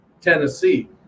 Tennessee